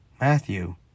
Matthew